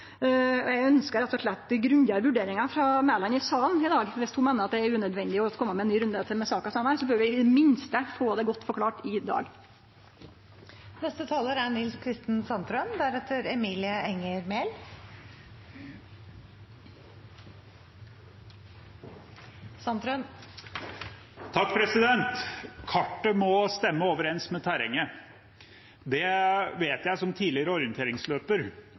forslag. Eg ønskjer rett og slett grundigare vurderingar frå Mæland i salen her i dag. Viss ho meiner det er unødvendig med ei ny runde i saka, bør vi i det minste få det godt forklart i dag. Kartet må stemme overens med terrenget. Det vet jeg som